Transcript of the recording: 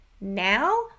now